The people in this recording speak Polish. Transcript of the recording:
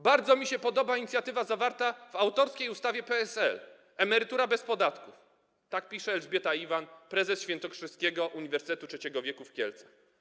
Bardzo mi się podoba inicjatywa zawarta w autorskiej ustawie PSL, emerytura bez podatków - tak pisze Elżbieta Iwan, prezes Świętokrzyskiego Uniwersytetu Trzeciego Wieku w Kielcach.